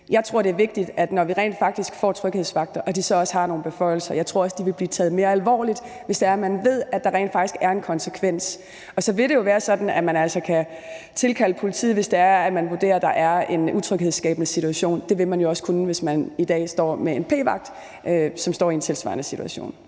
Jeg tror, det er vigtigt, når vi rent faktisk får tryghedsvagter, at de så også har nogle beføjelser. Jeg tror også, de vil blive taget mere alvorligt, hvis det er, at man ved, at der rent faktisk er en konsekvens. Og så vil det jo være sådan, at man altså kan tilkalde politiet, hvis det er, at man vurderer, at der er en utryghedsskabende situation. Det vil man jo også kunne i dag, hvis der er en p-vagt, som står i en tilsvarende situation.